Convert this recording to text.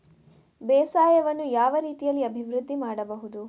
ಬೇಸಾಯವನ್ನು ಯಾವ ರೀತಿಯಲ್ಲಿ ಅಭಿವೃದ್ಧಿ ಮಾಡಬಹುದು?